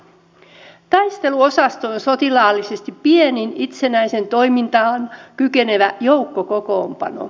taisteluosasto on sotilaallisesti pienin itsenäiseen toimintaan kykenevä joukkokokoonpano